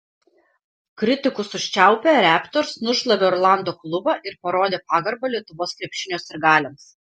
kritikus užčiaupę raptors nušlavė orlando klubą ir parodė pagarbą lietuvos krepšinio sirgaliams